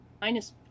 minus